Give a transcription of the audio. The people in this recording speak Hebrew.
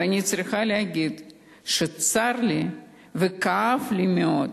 ואני צריכה להגיד שצר לי וכאב לי מאוד,